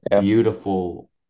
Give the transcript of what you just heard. beautiful